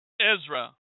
Ezra